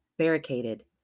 Barricaded